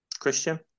Christian